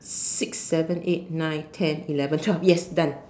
six seven eight nine ten eleven twelve yes done